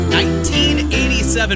1987